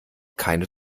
keine